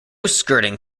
skirting